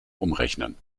umrechnen